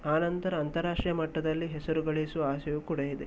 ಆನಂತರ ಅಂತಾರಾಷ್ಟ್ರೀಯ ಮಟ್ಟದಲ್ಲಿ ಹೆಸರುಗಳಿಸುವ ಆಸೆಯೂ ಕೂಡ ಇದೆ